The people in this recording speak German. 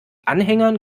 anhängern